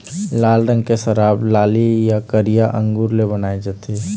लाल रंग के शराब लाली य करिया अंगुर ले बनाए जाथे